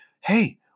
hey